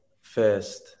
first